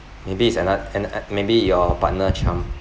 maybe it's an uh and uh maybe your partner chiam